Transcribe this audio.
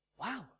wow